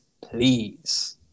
please